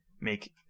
make